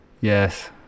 Yes